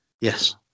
Yes